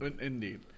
Indeed